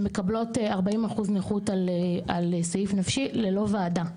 הן מקבלות 40% נכות על סעיף נפשי ללא וועדה.